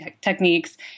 techniques